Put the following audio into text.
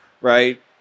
right